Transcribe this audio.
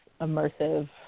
immersive